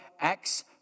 Acts